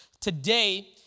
Today